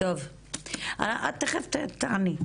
את תיכף תעני.